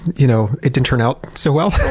you know it didn't turn out so well.